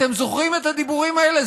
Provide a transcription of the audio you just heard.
אתם זוכרים את הדיבורים האלה?